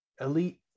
elite